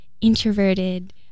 introverted